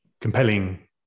compelling